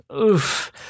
Oof